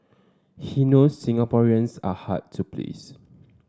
he knows Singaporeans are hard to please